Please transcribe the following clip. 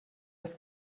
das